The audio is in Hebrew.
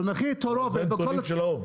אבל מחיר טון --- זה הנתונים של העוף,